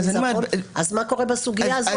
מה קורה בסוגיה הזו?